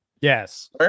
Yes